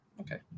Okay